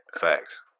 Facts